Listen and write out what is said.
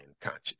conscious